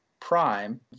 prime